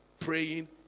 praying